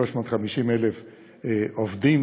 350,000 עובדים,